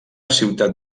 ciutat